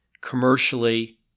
commercially